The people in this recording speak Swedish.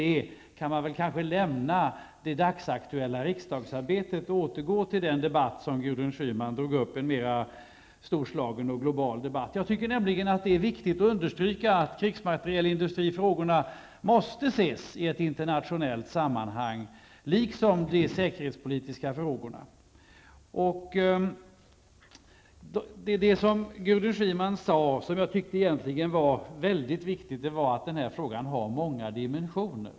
Därmed kan vi kanske lämna det dagsaktuella riksdagsarbetet och återgå till den debatt som Gudrun Schyman här tog upp -- en mera storslagen och global debatt. Jag tycker nämligen att det är viktigt att understryka det faktum att krigsmaterielindustrifrågorna måste ses i ett internationellt sammanhang. Det gäller också de säkerhetspolitiska frågorna. Gudrun Schyman sade, och det tycker jag är väldigt viktigt, att den här frågan har många dimensioner.